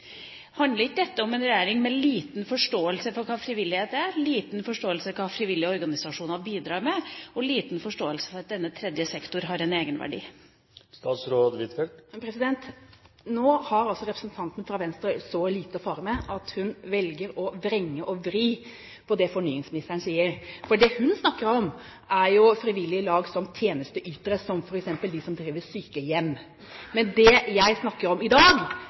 Handler ikke dette om en regjering med liten forståelse for hva frivillighet er, liten forståelse for hva frivillige organisasjoner bidrar med, og liten forståelse for at denne tredje sektor har en egenverdi? Nå har representanten fra Venstre så lite å fare med at hun velger å vrenge og vri på det fornyingsministeren sier. For det hun snakker om, er frivillige lag som tjenesteytere, som f.eks. de som driver sykehjem. Men det jeg snakker om i dag,